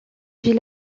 vit